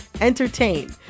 entertain